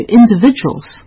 individuals